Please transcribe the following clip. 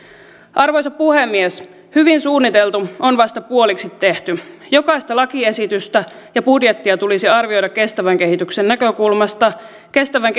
arvoisa puhemies hyvin suunniteltu on vasta puoliksi tehty jokaista lakiesitystä ja budjettia tulisi arvioida kestävän kehityksen näkökulmasta kestävän